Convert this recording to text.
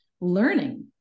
learning